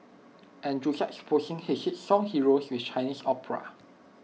and juxtaposing his hit song heroes with Chinese opera